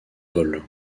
vol